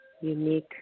unique